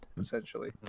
Essentially